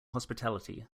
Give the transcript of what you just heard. hospitality